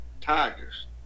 Tigers